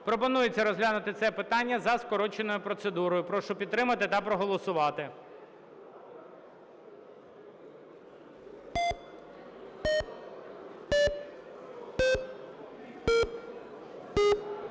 Пропонується розглянути це питання за скороченою процедурою. Прошу підтримати та проголосувати.